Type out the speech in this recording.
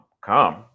come